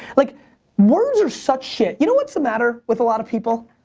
like words are such shit. you know what's the matter with a lot of people?